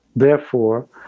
therefore,